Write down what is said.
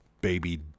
baby